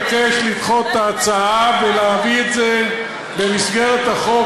אני מבקש לדחות את ההצעה ולהביא את זה במסגרת החוק,